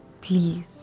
Please